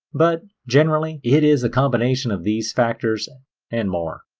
but generally it is a combination of these factors and and more.